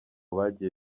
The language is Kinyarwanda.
bagiye